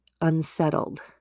unsettled